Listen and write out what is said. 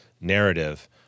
narrative